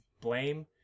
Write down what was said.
blame